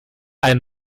ein